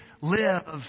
live